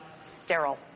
sterile